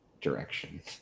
direction